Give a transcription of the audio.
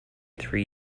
three